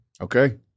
Okay